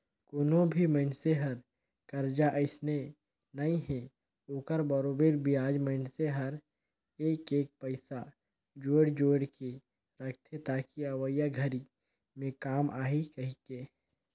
कोनो भी मइनसे हर करजा अइसने नइ हे ओखर बरोबर बियाज मइनसे हर एक एक पइसा जोयड़ जोयड़ के रखथे ताकि अवइया घरी मे काम आही कहीके